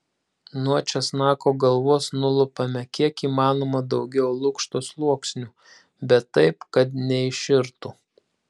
nuo česnako galvos nulupame kiek įmanoma daugiau lukšto sluoksnių bet taip kad neiširtų